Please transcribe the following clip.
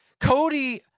Cody